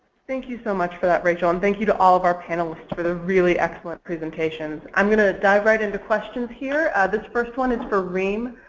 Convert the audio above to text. thank you so much for that rachel and thank you to all of our panelists for the really excellent presentations. i'm going to dive right into questions here. this first one is for rim.